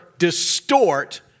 distort